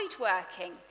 working